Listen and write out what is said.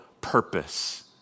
purpose